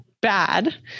bad